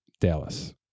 Dallas